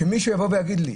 שמישהו יבוא ויגיד לי.